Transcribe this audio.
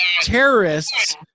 terrorists